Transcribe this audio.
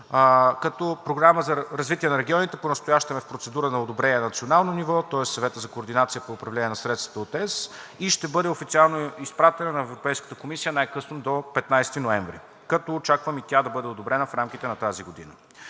Програма „Развитие на регионите“ понастоящем е в процедура на одобрение на национално ниво, тоест от Съвета за координация по управление на средствата от Европейския съюз, и ще бъде официално изпратена на Европейската комисия най-късно до 15 ноември, като очаквам и тя да бъде одобрена в рамките на тази година.